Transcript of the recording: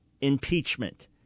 impeachment